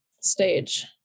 stage